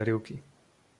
žiarivky